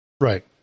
right